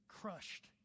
crushed